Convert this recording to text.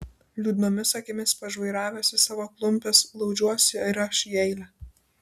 liūdnomis akimis pažvairavęs į savo klumpes glaudžiuosi ir aš į eilę